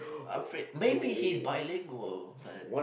uh freak maybe he's bilingual man